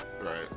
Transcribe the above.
Right